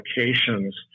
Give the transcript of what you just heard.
applications